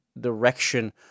direction